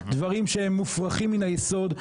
דברים שהם מופרכים מן היסוד,